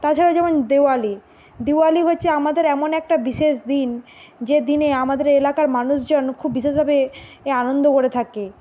তাছাড়াও যেমন দেওয়ালি দিওয়ালি হচ্ছে আমাদের এমন একটা বিশেষ দিন যেদিনে আমাদের এলাকার মানুষজন খুব বিশেষভাবে এ আনন্দ করে থাকে